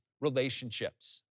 relationships